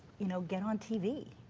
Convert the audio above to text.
you know get on tv.